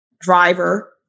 driver